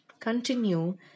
continue